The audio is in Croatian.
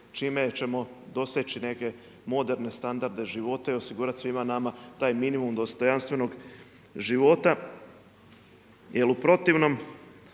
čime ćemo doseći neke moderne standarde života i osigurati svima nama taj minimum dostojanstvenog života